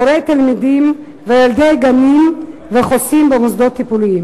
הורי תלמידים וילדי גנים וחוסים במוסדות טיפוליים.